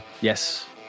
Yes